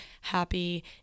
happy